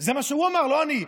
זה מה שהוא אמר, לא אני.